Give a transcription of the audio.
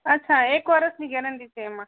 અચ્છા એક વર્ષની ગેરેંટી છે એમાં